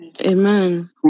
Amen